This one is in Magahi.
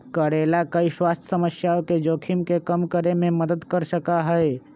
करेला कई स्वास्थ्य समस्याओं के जोखिम के कम करे में मदद कर सका हई